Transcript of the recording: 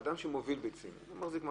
אדם שמוביל ביצים, הוא מחזיק מחסן.